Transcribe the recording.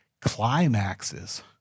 climaxes